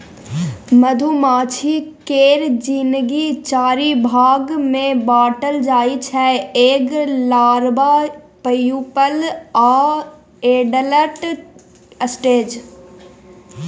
मधुमाछी केर जिनगी चारि भाग मे बाँटल जाइ छै एग, लारबा, प्युपल आ एडल्ट स्टेज